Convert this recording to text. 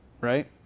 right